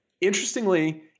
interestingly